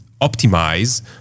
optimize